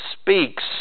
speaks